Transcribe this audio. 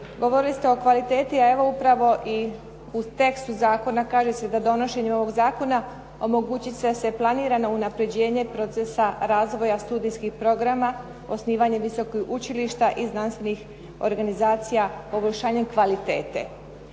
govorili ste o kvaliteti a evo upravo i u tekstu zakona kaže se da donošenjem ovog zakona omogućit će se planirano unapređenje procesa razvoja studijskih programa, osnivanje visokih učilišta i znanstvenih organizacija poboljšanjem kvalitete.